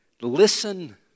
listen